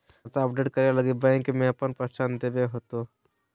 खाता अपडेट करे लगी बैंक में आपन पहचान देबे होतो